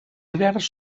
hiverns